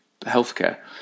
healthcare